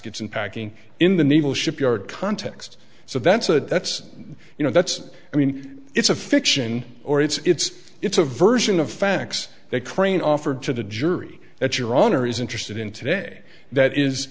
kets and packing in the naval shipyard context so that's a that's you know that's i mean it's a fiction or it's it's a version of facts that crane offered to the jury that your honor is interested in today that is